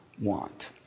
want